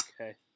Okay